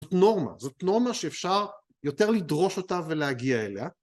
זאת נורמה, זאת נורמה שאפשר יותר לדרוש אותה ולהגיע אליה